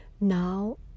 Now